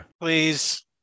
Please